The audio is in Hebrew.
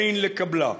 אין לקבלה.